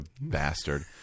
bastard